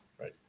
right